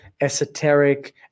esoteric